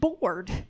bored